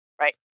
Right